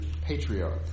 patriarch